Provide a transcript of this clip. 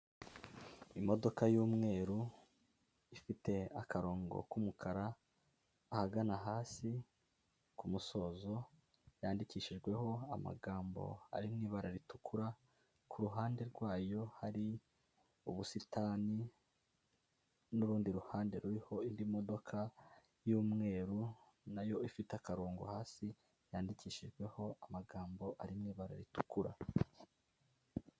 Imodoka y'umweru ifite akarongo k'umukara ahagana hasi ku musozo, yandikishijweho amagambo ari mu ibara ritukura, ku ruhande rwayo hari ubusitani, n'urundi ruhande ruriho indi modoka y'umweru nayo ifite akarongo, hasi yandikishijweho amagambo ari mu ibara ritukura.